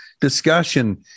discussion